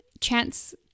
chance